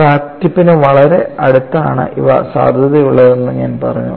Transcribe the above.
crack ടിപ്പിന് വളരെ അടുത്താണ് ഇവ സാധുതയുള്ളതെന്ന് ഞാൻ പറഞ്ഞു